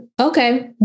Okay